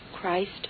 Christ